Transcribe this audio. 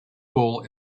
goal